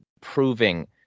proving